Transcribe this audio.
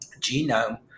genome